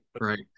Right